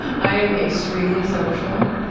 i am extremely social,